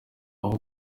uwo